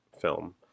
film